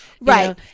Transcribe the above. right